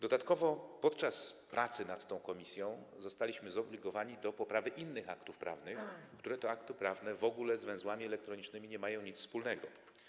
Dodatkowo podczas pracy nad tym w komisji zostaliśmy zobligowani do poprawy innych aktów prawnych, które to akty prawne w ogóle z węzłami elektronicznymi nie mają nic wspólnego.